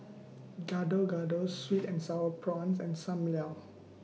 Gado Gado Sweet and Sour Prawns and SAM Lau